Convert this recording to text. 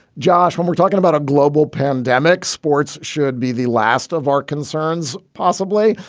josh, when we're talking about a global pandemic, sports should be the last of our concerns. possibly.